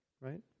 Right